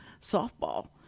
softball